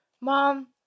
mom